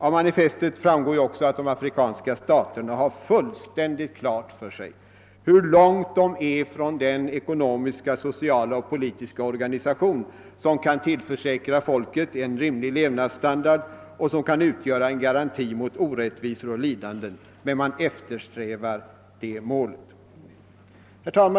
Av manifestet framgår också att de afrikanska staterna har fullständigt klart för sig hur långt de är från den ekonomiska, sociala och politiska organisation som kan tillförsäkra hela folket en rimlig levnadsstandard och som kan utgöra en garanti mot orättvisor och lidanden. Men man eftersträvar det målet.